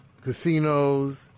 casinos